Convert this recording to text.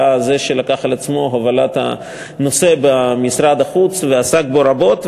היה זה שלקח על עצמו את הובלת הנושא במשרד החוץ ועסק בו רבות.